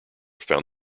found